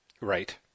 Right